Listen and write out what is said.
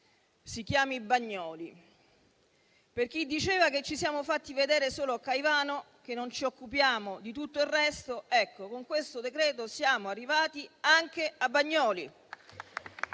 si chiami Bagnoli. Per chi diceva che ci siamo fatti vedere solo a Caivano e che non ci occupiamo di tutto il resto, ecco, con questo decreto siamo arrivati anche a Bagnoli